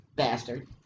bastard